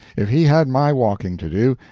if he had my walking to do,